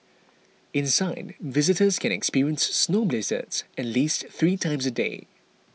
inside visitors can experience snow blizzards at least three times a day